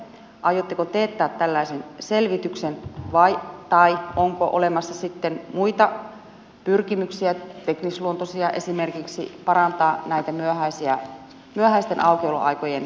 aiotteko teettää tällaisen selvityksen tai onko olemassa sitten muita pyrkimyksiä teknisluontoisia esimerkiksi parantaa näiden myöhäisten aukioloaikojen turvallisuutta